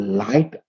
light